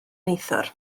neithiwr